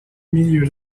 milieux